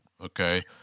okay